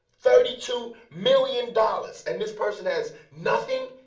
thirty two million dollars, and this person has nothing.